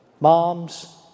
moms